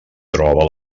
troba